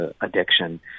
addiction